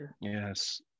yes